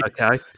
Okay